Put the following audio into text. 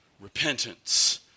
repentance